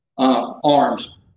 Arms